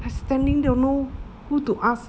I standing don't know who to ask